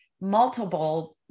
multiple